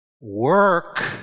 work